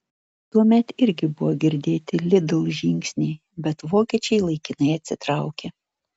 tuomet irgi buvo girdėti lidl žingsniai bet vokiečiai laikinai atsitraukė